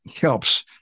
helps